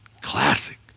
classic